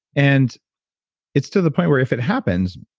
and it's to the point where if it happens,